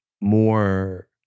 more